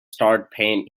started